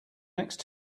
next